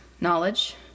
knowledge